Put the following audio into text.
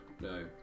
No